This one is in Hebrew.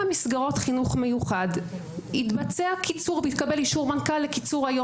מסגרות חינוך מיוחד התבצע קיצור והתקבל אישור מנכ"ל לקיצור היום